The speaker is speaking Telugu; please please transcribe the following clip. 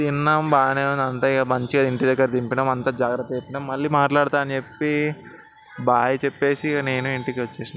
తిన్నాం బాగానే ఉంది అంతా ఇక మంచిగా ఇంటిదగ్గర దింపినా అంతా జాగ్రత్త చెప్పినాం మళ్ళీ మాట్లాడతా అని చెప్పేసి బై చెప్పి ఇక నేను ఇంటికి వచ్చేసినాను